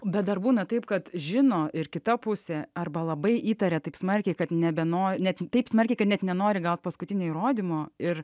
bet dar būna taip kad žino ir kita pusė arba labai įtaria taip smarkiai kad nebeno net taip smarkiai kad net nenori gaut paskutinio įrodymo ir